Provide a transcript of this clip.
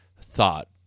thought